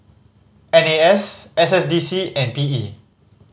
N A S S S D C and P E